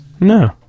No